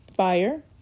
FIRE